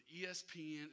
ESPN